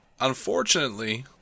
unfortunately